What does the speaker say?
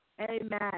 Amen